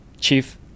Chief